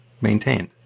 maintained